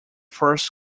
first